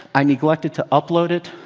i neglected to upload it,